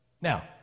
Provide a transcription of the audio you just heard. Now